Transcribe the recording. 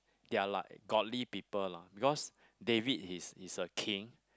they're like godly people lah because David is is a king